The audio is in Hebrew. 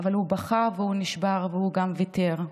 אבל הוא בכה והוא נשבר והוא גם ויתר.